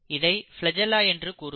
இதை ஃபிளஜெல்லா என்று கூறுவர்